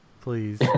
please